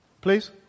please